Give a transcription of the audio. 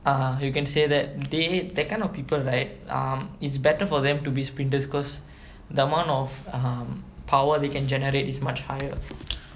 uh uh you can say that they that kind of people right um it's better for them to be sprinters because the amount of um power they can generate is much higher